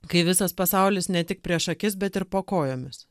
kai visas pasaulis ne tik prieš akis bet ir po kojomis